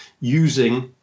using